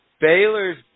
Baylor's